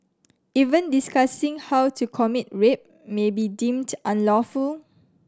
even discussing how to commit rape may be deemed unlawful